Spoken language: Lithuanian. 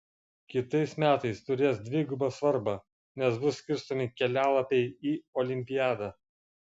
kitais metais turės dvigubą svarbą nes bus skirstomi kelialapiai į olimpiadą